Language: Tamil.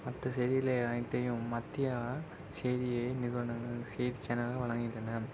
மற்ற செய்திகளை அனைத்தையும் மத்திய செய்தியை நிறுவனங்கள் செய்தி சேனல்கள் வழங்குகின்றன